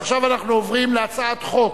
ועכשיו אנחנו עוברים להצעת חוק,